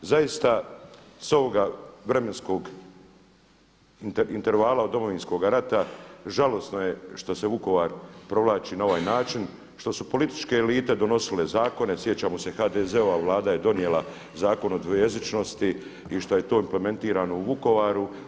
Zaista sa ovoga vremenskog intervala od Domovinskoga rata žalosno je što se Vukovar provlači na ovaj način, što su političke elite donosile zakone, sjećamo se HDZ-ova Vlada je donijela Zakon o dvojezičnosti i što je to implementirano u Vukovaru.